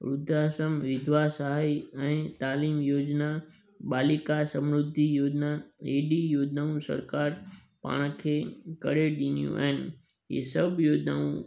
वृद्ध आश्रम विधवा सहाय ऐं तइलीम योजना बालिका समृद्धि योजना हेॾी योजनाऊं सरकार पाण खे करे ॾिनियूं आहिनि ई सभु योजनाऊं